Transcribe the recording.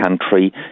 country